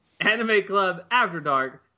animeclubafterdark